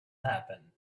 happen